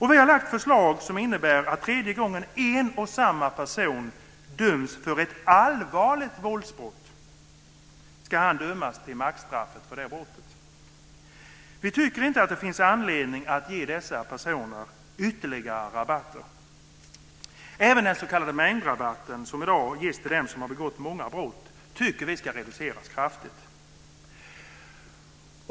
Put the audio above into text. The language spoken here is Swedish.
Vi har lagt förslag som innebär att tredje gången en och samma person döms för ett allvarligt våldsbrott ska han dömas till maxstraffet för det brottet. Vi tycker inte att det finns anledning att ge dessa personer ytterligare rabatter. Även den s.k. mängdrabatten som i dag ges till dem som har begått många brott tycker vi ska reduceras kraftigt.